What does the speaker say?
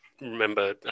remember